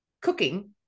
cooking